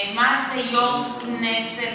מה זה יו"ר כנסת,